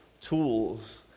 tools